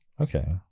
Okay